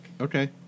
Okay